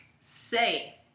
say